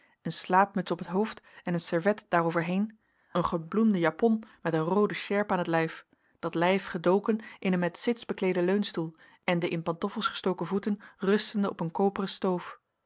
een slaapmuts op het hoofd en een servet daarover heen een gebloemde japon met een roode sjerp aan t lijf dat lijf gedoken in een met sits bekleeden leunstoel en de in pantoffels gestoken voeten rustende op een koperen stoof